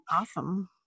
Awesome